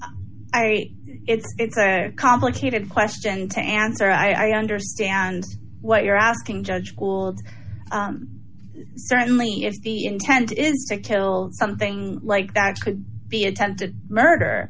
i it's a complicated question to answer i understand what you're asking judge school and certainly if the intent is to kill something like that could be attempted murder